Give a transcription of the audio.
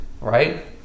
Right